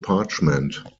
parchment